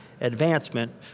advancement